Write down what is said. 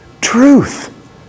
truth